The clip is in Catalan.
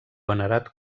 venerat